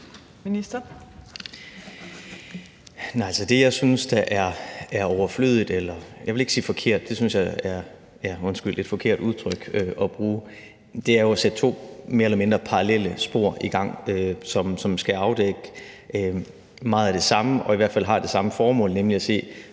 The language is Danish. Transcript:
som jeg synes er, jeg vil ikke sige forkert – det synes jeg er, undskyld, et forkert udtryk at bruge – men overflødigt, er jo at sætte to mere eller mindre parallelle spor i gang, som skal afdække meget af det samme, og som i hvert fald har det samme formål, nemlig at se,